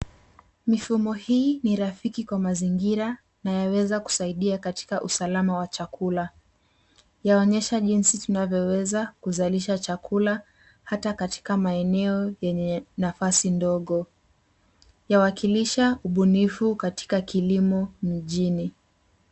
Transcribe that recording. Mifumo hii ni rafiki kwa mazingira na yaweza kusaidia katika usalama wa chakula. Yaonyesha jinsi tunaweweza kuzalisha chakula hata katika maeneo yenye nafasi ndogo, yawakilisha ubunifu katika kilimo mjini.